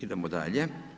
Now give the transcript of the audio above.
Idemo dalje.